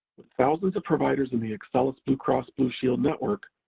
with thousands of providers in the excellus bluecross blueshield network,